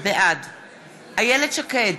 בעד איילת שקד,